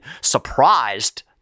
surprised